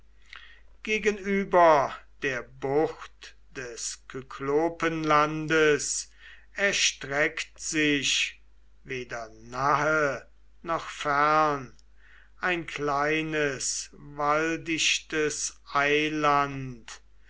gegenüber der bucht des kyklopenlandes erstreckt sich weder nahe noch fern ein kleines waldichtes eiland